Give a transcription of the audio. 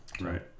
Right